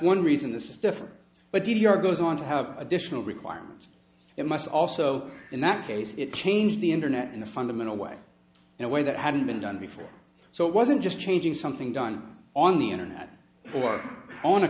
one reason this is different but if your goes on to have additional requirements it must also in that case it change the internet in a fundamental way in a way that hadn't been done before so it wasn't just changing something done on the internet or on a